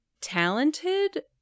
talented